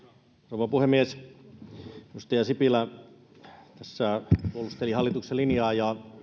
rouva puhemies edustaja sipilä tässä puolusteli hallituksen linjaa ja